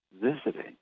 visiting